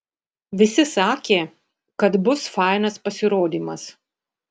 visi sakė kad bus fainas pasirodymas